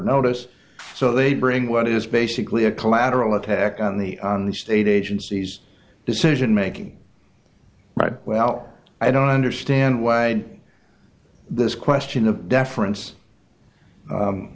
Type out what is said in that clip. notice so they bring what is basically a collateral attack on the on the state agencies decision making right well i don't understand why this question of deference